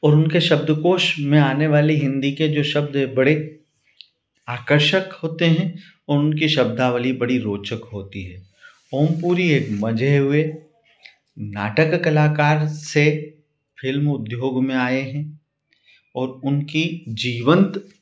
और उनके शब्दकोष में आने वाले हिन्दी के जो शब्द बड़े आकर्षक होते हैं और उनकी शब्दावली बड़ी रोचक होती है ओम पुरी एक मँझे हुए नाटक कलाकार से फ़िल्म उद्योग में आए हैं और उनकी जीवन्त